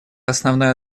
основная